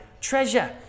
treasure